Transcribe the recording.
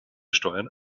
steuern